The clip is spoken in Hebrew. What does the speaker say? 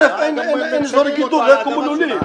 לא יקומו לולים.